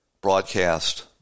broadcast